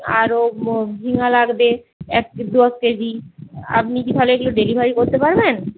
আরও ঝিঙা লাগবে এক দশ কেজি আপনি কি তাহলে এগুলো ডেলিভারি করতে পারবেন